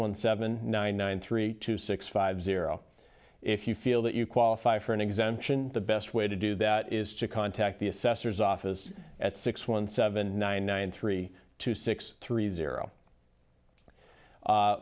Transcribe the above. one seven nine nine three two six five zero if you feel that you qualify for an exemption the best way to do that is to contact the assessor's office at six one seven nine nine three two six three zero